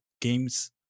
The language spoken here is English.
games